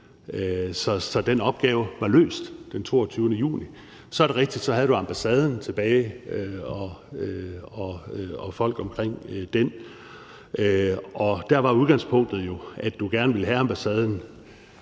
Så den opgave var løst den 22. juni. Så er det rigtigt, at så havde du ambassaden og folk omkring den tilbage, og der var udgangspunktet jo, at du gerne ville have ambassaden